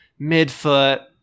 midfoot